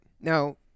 Now